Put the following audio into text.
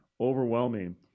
overwhelming